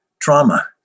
trauma